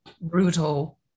brutal